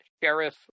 Sheriff